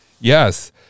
Yes